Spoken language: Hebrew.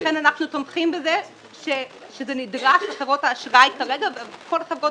לכן אנחנו תומכים בזה שזה נדרש לחברות האשראי כרגע וכל החברות